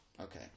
Okay